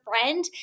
friend